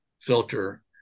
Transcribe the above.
filter